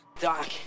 Doc